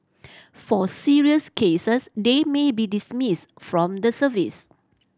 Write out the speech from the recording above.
for serious cases they may be dismissed from the service